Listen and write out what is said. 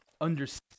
understand